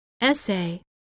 essay